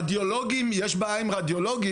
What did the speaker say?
רדיולוגים יש בעיה עם רדיולוגים.